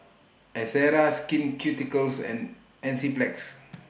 Ezerra Skin Ceuticals and Enzyplex